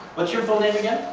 what's your full name again?